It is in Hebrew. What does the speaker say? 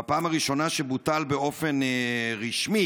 הייתה הפעם הראשונה שבוטל באופן רשמי